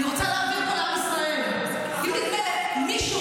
אני רוצה להבהיר פה לעם ישראל: אם נדמה למישהו